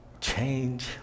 change